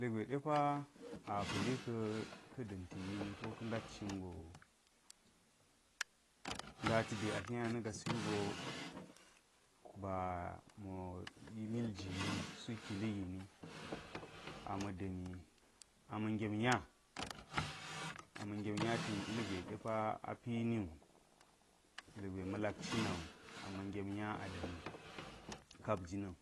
Ilgwe depa apali ka̱ ka̱ da̱nti gini ko ka hdaccin go. ndati di a tlinya na gasiwugo ba mo mil gini suk kili gini a ma̱ mi da̱mi ama̱ ngem nya, ama̱ ngem nya ten depa apini wu, ilgwe ma̱ lak cina a ma̱ ngem nya a dani kap jina̱n